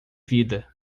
vida